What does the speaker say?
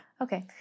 Okay